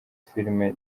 filime